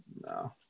No